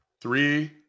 Three